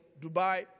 Dubai